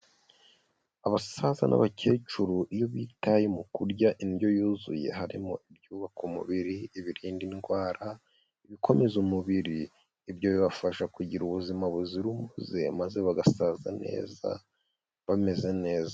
Abasaza n'abakecuru iyo bitaye mu kurya indyo yuzuye harimo ibyubaka umubiri, ibirinda indwara, ibikomeza umubiri, ibyo bibafasha kugira ubuzima buzira umuze maze bagasaza neza bameze neza.